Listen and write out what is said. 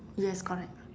yes correct